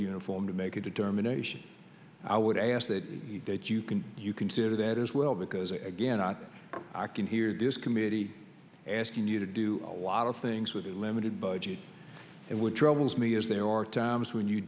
uniform to make a determination i would ask that that you can you consider that as well because again not i can hear this committee asking you to do a lot of things with a limited budget and what troubles me is there are times when you